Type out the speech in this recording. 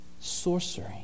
sorcery